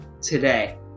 today